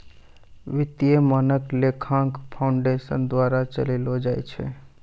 वित्तीय मानक लेखांकन फाउंडेशन द्वारा चलैलो जाय छै